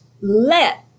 let